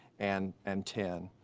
and and ten.